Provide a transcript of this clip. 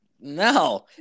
no